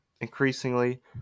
increasingly